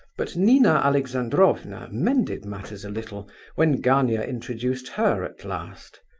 but nina alexandrovna mended matters a little when gania introduced her at last.